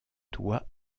doit